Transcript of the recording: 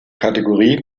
kategorie